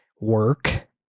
work